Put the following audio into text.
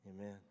Amen